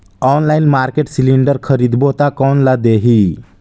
Online market cylinder खरीदबो ता कोन ला देही?